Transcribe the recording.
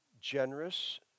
generous